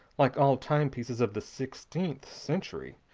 like all timepieces of the sixteenth century,